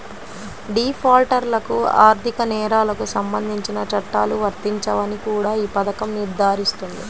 డిఫాల్టర్లకు ఆర్థిక నేరాలకు సంబంధించిన చట్టాలు వర్తించవని కూడా ఈ పథకం నిర్ధారిస్తుంది